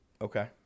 Okay